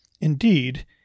Indeed